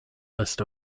list